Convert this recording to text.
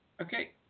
Okay